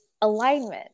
alignment